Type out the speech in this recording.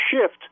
shift